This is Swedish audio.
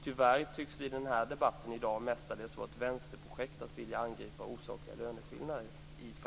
Tyvärr tycks det i denna debatt mest vara ett vänsterprojekt att i praktiken vilja angripa osakliga löneskillnader.